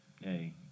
Hey